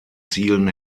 zielen